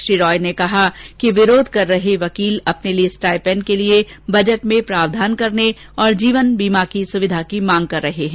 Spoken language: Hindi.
श्री रॉय ने कहा कि विरोध कर रहे वकील अपने लिए स्टाइपंड के लिए बजट में प्रावधान करने और जीवन बीमा की सुविधा की मांग कर रहे हैं